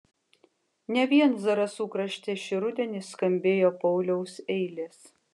ne vien zarasų krašte šį rudenį skambėjo pauliaus eilės